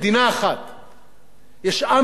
יש עם אחד, יש חברה אחת,